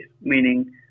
meaning